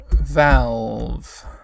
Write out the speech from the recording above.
valve